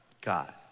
God